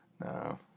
No